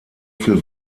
viel